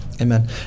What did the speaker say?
Amen